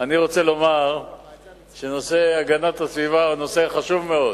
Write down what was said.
אני רוצה לומר שנושא הגנת הסביבה הוא נושא חשוב מאוד,